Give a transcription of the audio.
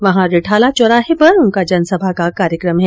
वहां रिठाला चौराहे पर उनका जनसभा का कार्यकम है